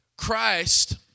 Christ